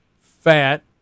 fat